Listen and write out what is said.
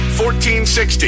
1460